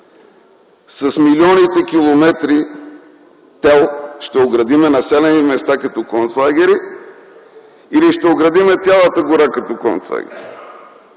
с милионите километри тел ще оградим населени места като концлагери или ще оградим цялата гора като концлагер?